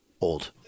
old